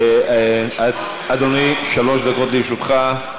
אדוני, שלוש דקות לרשותך.